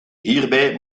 hierbij